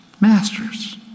masters